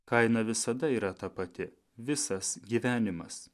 kaina visada yra ta pati visas gyvenimas